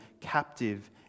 captive